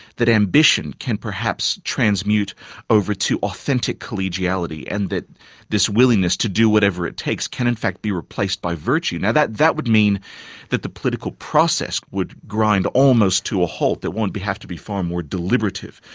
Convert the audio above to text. that ambition can perhaps transmute over to authentic collegiality, and that this willingness to do whatever it takes can in fact be replaced by virtue. now, that that would mean that the political process would grind almost to a halt that one would have to be far more deliberative,